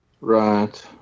Right